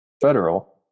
federal